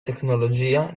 tecnologia